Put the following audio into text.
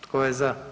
Tko je za?